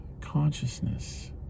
consciousness